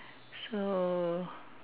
so